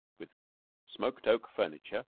with smoked-oak furniture,